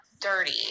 dirty